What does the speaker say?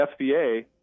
FBA